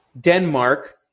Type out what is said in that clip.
Denmark